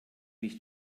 mich